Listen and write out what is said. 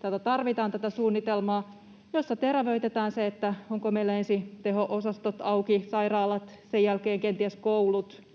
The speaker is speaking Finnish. Tätä tarvitaan tätä suunnitelmaa, jossa terävöitetään se, ovatko meillä ensin teho-osastot auki, sairaalat, sen jälkeen kenties koulut.